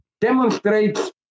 demonstrates